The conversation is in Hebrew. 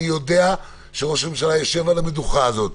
אני יודע שראש הממשלה יושב על המדוכה הזאת.